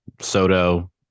Soto